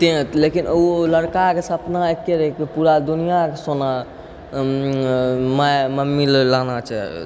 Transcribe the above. लेकिन उ लड़काके सपना एके रहै कि पूरा दुनिआके सोना माय मम्मी लए लाना छै